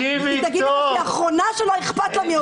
היא תגיד לך שהיא האחרונה שלא אכפת לה מעובדים.